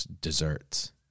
desserts